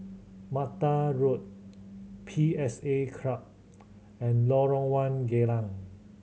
Mata Road P S A Club and Lorong One Geylang